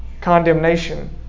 condemnation